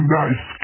nice